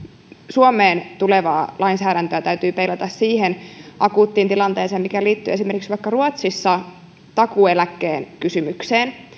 suomeen tulevaa lainsäädäntöä täytyy peilata siihen akuuttiin tilanteeseen mikä liittyy esimerkiksi vaikka ruotsissa takuueläkekysymykseen